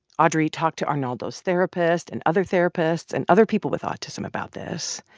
audrey talked to arnaldo's therapist and other therapists and other people with autism about this,